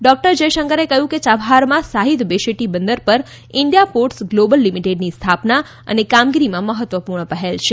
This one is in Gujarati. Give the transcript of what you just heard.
ડોક્ટર જયશંકરે કહ્યું કે ચાબહારમાં શાહિદ બેશેટી બંદર પર ઇન્ડિયા પોર્ટ઼સ ગ્લોબલ લિમિટેડની સ્થાપના અને કામગીરી આ મહત્વપૂર્ણ પહેલ છે